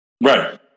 Right